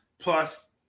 plus